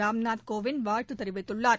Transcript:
ராம்நாத் கோவிந்த் வாழ்த்து தெரிவித்துள்ளார்